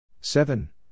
seven